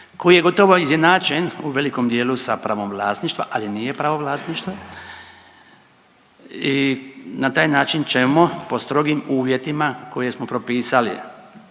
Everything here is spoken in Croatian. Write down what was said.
koji je gotovo izjednačen u velikom dijelu sa pravom vlasništva, ali nije pravo vlasništva i na taj način ćemo po strogim uvjetima koje smo propisali